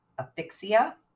asphyxia